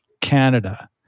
Canada